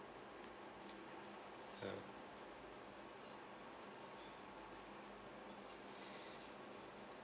ya